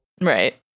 Right